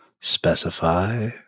specify